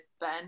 Ben